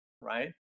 right